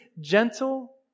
gentle